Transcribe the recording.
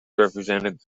represented